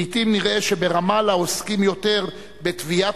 לעתים נראה שברמאללה עוסקים יותר בטוויית